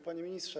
Panie Ministrze!